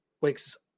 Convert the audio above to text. Wake's